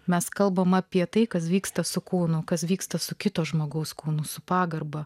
mes kalbame apie tai kas vyksta su kūnu kas vyksta su kito žmogaus kūnu su pagarba